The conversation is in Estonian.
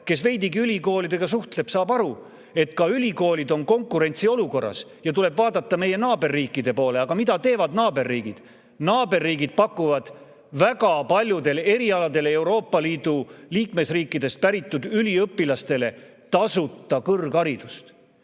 Kes veidigi ülikoolidega suhtleb, saab aru, et ka ülikoolid on konkurentsiolukorras. Tuleb vaadata meie naaberriikide poole. Aga mida teevad naaberriigid? Naaberriigid pakuvad väga paljudel erialadel Euroopa Liidu liikmesriikidest pärit üliõpilastele tasuta kõrgharidust.